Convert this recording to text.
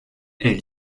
elle